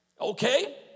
okay